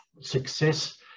success